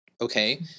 okay